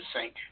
sink